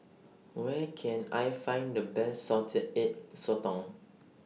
Where Can I Find The Best Salted Egg Sotong